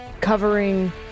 covering